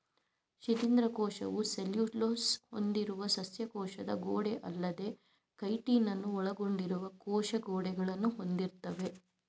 ಶಿಲೀಂಧ್ರ ಕೋಶವು ಸೆಲ್ಯುಲೋಸ್ ಹೊಂದಿರುವ ಸಸ್ಯ ಕೋಶದ ಗೋಡೆಅಲ್ಲದೇ ಕೈಟಿನನ್ನು ಒಳಗೊಂಡಿರುವ ಕೋಶ ಗೋಡೆಗಳನ್ನು ಹೊಂದಿರ್ತವೆ